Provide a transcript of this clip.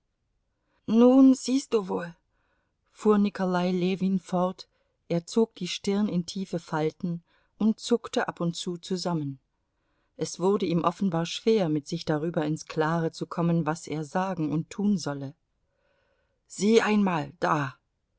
nun siehst du wohl fuhr nikolai ljewin fort er zog die stirn in tiefe falten und zuckte ab und zu zusammen es wurde ihm offenbar schwer mit sich darüber ins klare zu kommen was er sagen und tun solle sieh einmal da